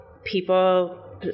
People